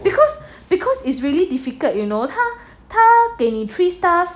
because because it's really difficult you know 他他给你 three stars